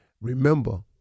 remember